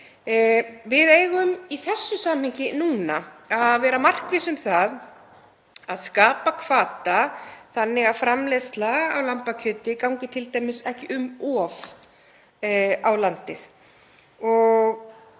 Við eigum í þessu samhengi núna að vera markviss um það að skapa hvata þannig að framleiðsla á lambakjöti gangi t.d. ekki um of á landið.